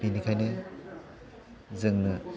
बेनिखायनो जोंनो